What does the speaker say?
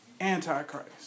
Antichrist